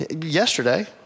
yesterday